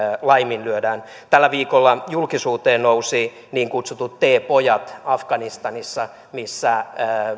laiminlyödään tällä viikolla julkisuuteen nousivat niin kutsutut teepojat afganistanissa missä